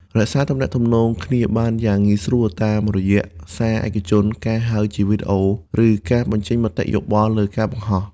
រក្សាទំនាក់ទំនងគ្នាបានយ៉ាងងាយស្រួល តាមរយៈសារឯកជន ការហៅជាវីដេអូ ឬការបញ្ចេញមតិយោបល់លើការបង្ហោះ។